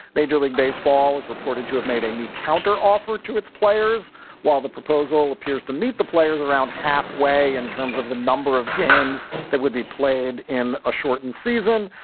major league baseball is reported to have made a new counter offer to its players while the proposal appears to meet the players around half way in terms of the number of games that would be played in a shortened season.